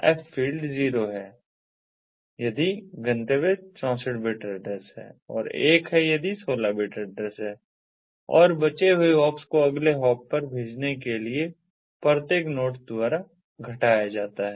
F field 0 है यदि गंतव्य 64 बिट एड्रेस है और 1 यदि यह 16 बिट एड्रेस है और बचे हुए हॉप्स को अगले हॉप पर भेजने से पहले प्रत्येक नोड द्वारा घटाया जाता है